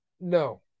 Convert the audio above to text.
no